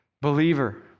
believer